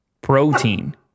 protein